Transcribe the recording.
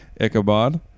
Ichabod